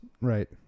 Right